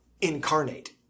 incarnate